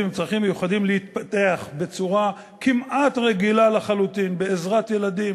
עם צרכים מיוחדים להתפתח בצורה כמעט רגילה לחלוטין,